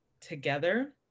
together